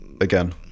again